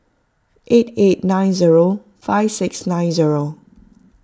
eight eight nine zero five six nine zero